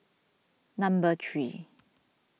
number three